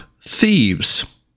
thieves